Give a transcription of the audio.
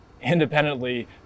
independently